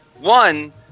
One